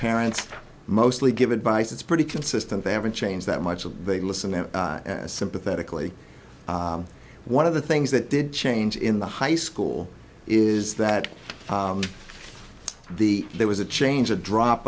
parents mostly give advice it's pretty consistent they haven't changed that much will they listen sympathetically one of the things that did change in the high school is that the there was a change a drop